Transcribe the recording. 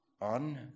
on